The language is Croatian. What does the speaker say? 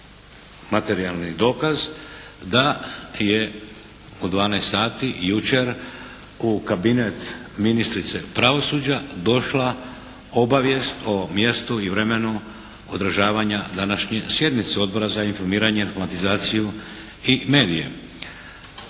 materijalni dokaz da je od 12 sati jučer u kabinet ministrice pravosuđa došla obavijest o mjestu i vremenu održavanja današnje sjednice Odbora za informiranje, informatizaciju i medije.